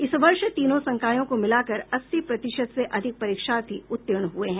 इस वर्ष तीनों संकायों को मिलाकर अस्सी प्रतिशत से अधिक परीक्षार्थी उत्तीर्ण हुए हैं